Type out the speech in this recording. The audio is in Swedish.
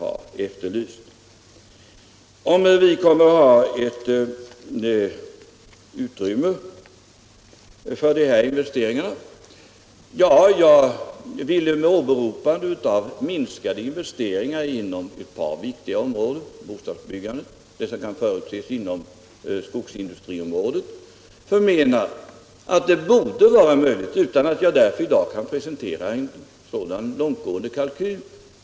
Man frågar också om det kommer att finnas utrymme för dessa investeringar. På grund av de minskningar i investeringarna som kan förutses inom ett par viktiga områden — bostadsbyggandet och skogsindustrin — borde det finnas ett sådant utrymme. Jag säger detta utan att i dag kunna presentera en sådan långtgående kalkyl.